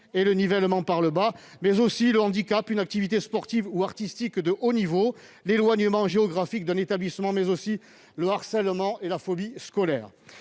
comme le handicap, la pratique d'une activité sportive ou artistique de haut niveau, l'éloignement géographique d'un établissement, mais aussi le harcèlement et la phobie scolaires.